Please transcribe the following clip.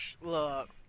Look